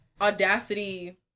audacity